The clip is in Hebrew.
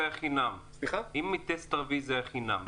אם מטסט רביעי זה היה חינם,